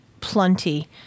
plenty